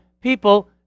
people